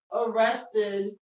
arrested